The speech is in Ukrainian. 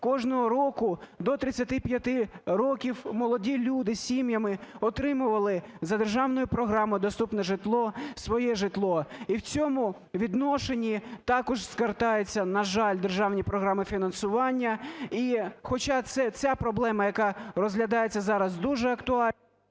кожного року до 35 років, молоді люди сім'ями отримували за державною програмою "Доступне житло" своє житло. І в цьому відношенні також скартаються, на жаль, державні програми фінансування. Хоча цґ проблема, яка розглядається зараз, дуже актуальна…